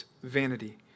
Vanity